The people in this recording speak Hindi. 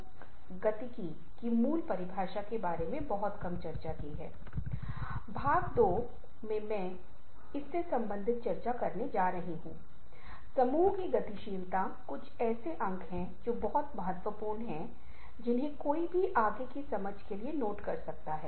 हमारी अब तक की चर्चा ने छवियों के मूल पर ध्यान केंद्रित किया है लेकिन दोनों के बीच संबंध जिस तरह से उन्हें संवेदनशील तरीके से व्यक्त किया जा सकता है चालाकी से समझा जा सकता है और एक सफल तरीके से उपयोग किया जा सकता है